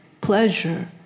pleasure